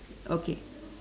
okay